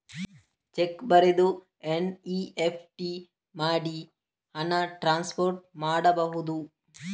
Check ಬರೆದು NEFT ಮಾಡಿ ಹಣ ಟ್ರಾನ್ಸ್ಫರ್ ಮಾಡಬಹುದು?